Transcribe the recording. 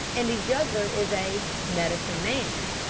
and the juggler is a medicine-man.